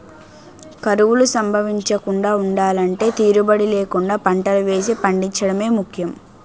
కరువులు సంభవించకుండా ఉండలంటే తీరుబడీ లేకుండా పంటలు వేసి పండించడమే ముఖ్యం